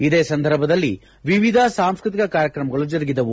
ಇದೇ ಸಂದರ್ಭದಲ್ಲಿ ವಿವಿಧ ಸಾಂಸ್ಕೃತಿಕ ಕಾರ್ಯಕ್ರಮಗಳು ಜರುಗಿದವು